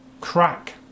crack